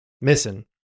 missing